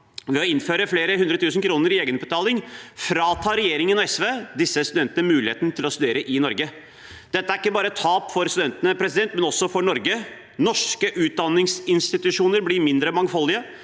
Ved å innføre flere hundretusen kroner i egenbetaling fratar regjeringen og SV disse studentene muligheten til å studere i Norge. Dette er ikke bare et tap for studentene, men også for Norge: Norske utdanningsinstitusjoner blir mindre mangfoldige,